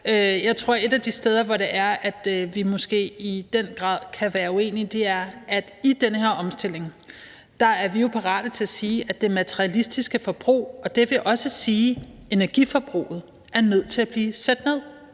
Jeg tror, at et af de steder, hvor vi måske i den grad kan være uenige, er, at i den her omstilling er vi jo parate til at sige at det materialistiske forbrug – og det vil også sige energiforbruget – er nødt til at blive sat ned,